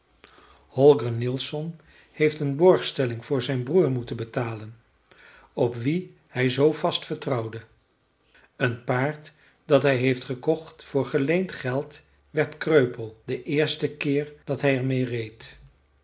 holger nielsson heeft een borgstelling voor zijn broer moeten betalen op wien hij zoo vast vertrouwde een paard dat hij heeft gekocht voor geleend geld werd kreupel de eerste keer dat hij er meê reed